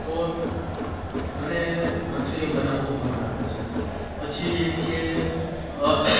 તો મને મંચૂરિયમ બનાવવું અઘરું લાગે છે પછી એક છે